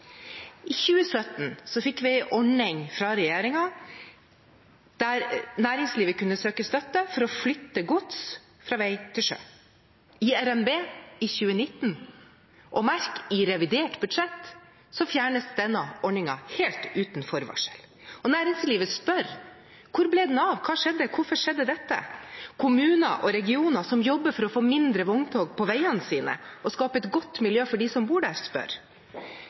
I 2017 fikk vi en ordning fra regjeringen der næringslivet kunne søke støtte for å flytte gods fra vei til sjø. I RNB i 2019 – og merk: i revidert budsjett – fjernes denne ordningen, helt uten forvarsel. Og næringslivet spør: Hvor ble den av, hva skjedde, hvorfor skjedde dette? Kommuner og regioner som jobber for å få færre vogntog på veiene sine og skape et godt miljø for dem som bor der, spør.